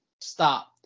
Stop